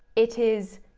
it is,